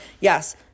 Yes